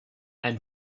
and